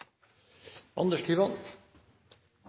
Anders Tyvand